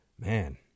Man